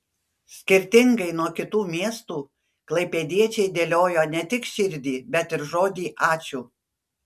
skirtingai nuo kitų miestų klaipėdiečiai dėliojo ne tik širdį bet ir žodį ačiū